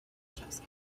chess